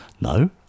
No